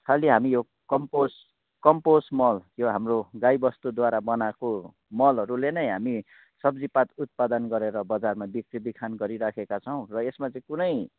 खालि हामी यो कम्पोस्ट कम्पोस्ट मल यो हाम्रो गाई बस्तुद्वारा बनाएको मलहरूले नै हामी सब्जीपात उत्पादन गरेर बजारमा बिक्रीबिखान गरिराखेका छौँ र यसमा चाहिँ कुनै